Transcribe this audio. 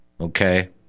okay